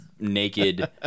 Naked